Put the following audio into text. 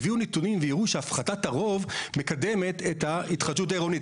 הביאו נתונים והראו שהפחתת הרוב מקדמת את ההתחדשות העירונית.